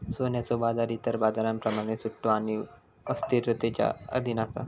सोन्याचो बाजार इतर बाजारांप्रमाण सट्टो आणि अस्थिरतेच्या अधीन असा